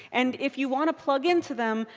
and if you want to plug into them,